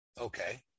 Okay